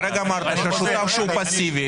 כשיש לישות מסוימת הכנסה